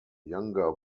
younger